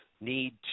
need